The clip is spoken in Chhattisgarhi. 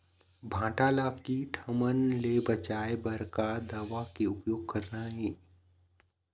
भांटा ला कीट हमन ले बचाए बर का दवा के उपयोग करना ये?